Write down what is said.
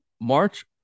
march